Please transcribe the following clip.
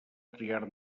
triar